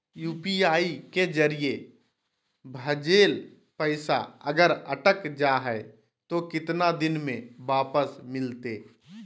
UPI के जरिए भजेल पैसा अगर अटक जा है तो कितना दिन में वापस मिलते?